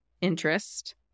interest